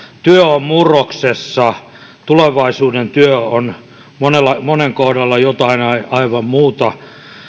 työ on murroksessa tulevaisuuden työ on monen kohdalla jotain aivan muuta